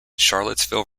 charlottesville